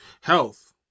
health